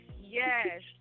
yes